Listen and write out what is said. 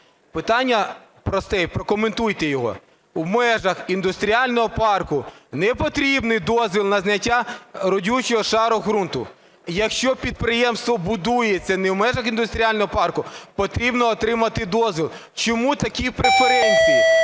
питання просте і прокоментуйте його. В межах індустріального парку не потрібний дозвіл на зняття родючого шару ґрунту. Якщо підприємство будується не в межах індустріального парку, потрібно отримати дозвіл. Чому такі преференції?